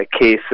cases